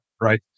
Right